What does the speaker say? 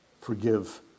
Forgive